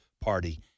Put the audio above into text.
Party